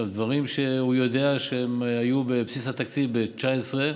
דברים שהוא יודע שהם היו בבסיס התקציב ב-2019,